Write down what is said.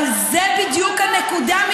אבל זו בדיוק הנקודה,